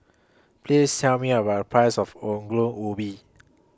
Please Tell Me about The Price of Ongol Ubi